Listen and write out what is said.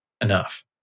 enough